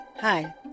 Hi